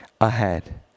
ahead